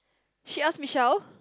she ask Michelle